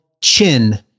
Chin